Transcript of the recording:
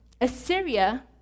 Assyria